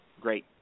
Great